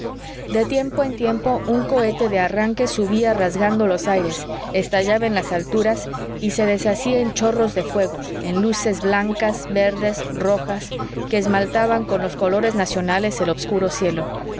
de tiempo en tiempo un cohete de arranque subía rasgando los aires estallaba en las alturas y se deshacía en chorros de fuego en luces blancas verdes rojas que esmaltaban con los colores nacionales el obscuro cielo